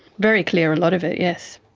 very clear, a lot of it, yes,